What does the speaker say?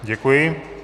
Děkuji.